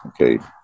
okay